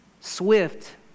swift